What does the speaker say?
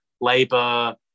Labour